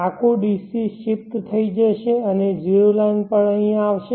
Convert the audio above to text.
આખું DC shift થશે અને 0 લાઈન અહીં આવશે